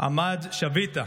אמג'ד שביטה